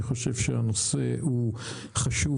אני חושב שהנושא הוא חשוב,